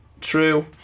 True